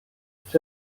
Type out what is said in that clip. czech